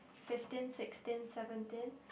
fifteen sixteen seventeen